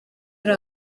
ari